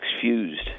fused